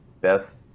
Best